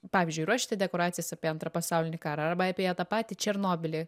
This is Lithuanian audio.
pavyzdžiui ruošiate dekoracijas apie antrą pasaulinį karą arba apie tą patį černobylį